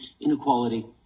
inequality